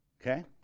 Okay